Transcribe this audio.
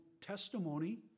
testimony